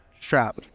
strap